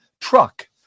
truck